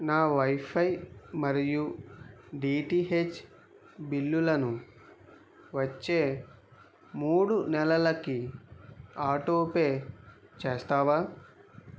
నా వైఫై మరియు డిటిహెచ్ బిల్లులను వచ్చే మూడు నెలలకి ఆటోపే చేస్తావా